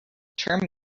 term